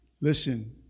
Listen